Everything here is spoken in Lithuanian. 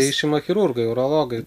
išima chirurgai urologai